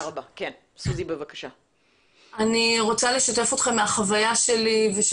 אני רוצה לשתף אתכם מהחוויה שלי ושל